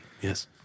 Yes